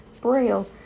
Braille